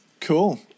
Cool